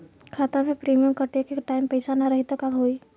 खाता मे प्रीमियम कटे के टाइम पैसा ना रही त का होई?